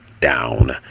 down